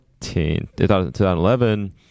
2011